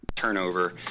turnover